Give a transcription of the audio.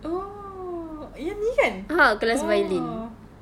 oh yang ini kan oh